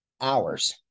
hours